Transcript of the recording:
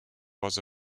was